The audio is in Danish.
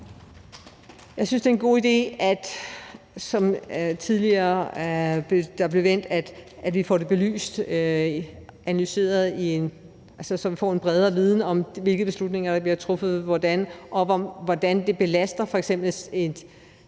Jeg synes, det er en god idé, at vi, som det tidligere er blevet vendt, får det belyst og analyseret, så vi får en bredere viden om, hvilke beslutninger der bliver truffet, og hvordan det f.eks. belaster et